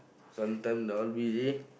sometime they all busy